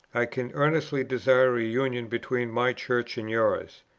i can earnestly desire a union between my church and yours.